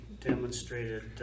demonstrated